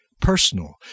personal